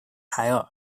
凯尔